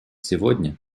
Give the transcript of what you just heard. сегодня